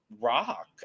rock